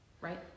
right